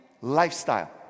lifestyle